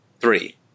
three